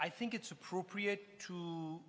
i think it's appropriate to